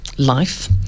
Life